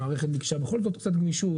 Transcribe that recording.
המערכת ביקשה בכל זאת קצת גמישות,